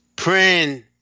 Praying